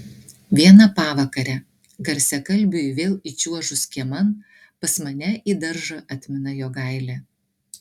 vieną pavakarę garsiakalbiui vėl įčiuožus kieman pas mane į daržą atmina jogailė